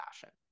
fashion